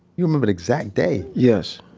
you remember the exact day? yes.